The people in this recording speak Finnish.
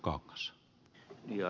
arvoisa puhemies